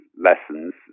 lessons